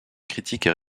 critiques